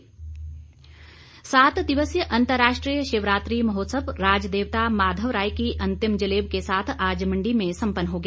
शिवरात्रि सात दिवसीय अंतर्राष्ट्रीय शिवरात्रि महोत्सव राज देवता माधव राय की अंतिम जलेब के साथ आज मंडी में संपन्न हो गया